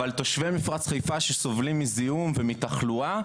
אבל תושבי מפרץ חיפה שסובלים מזיהום ומתחלואה,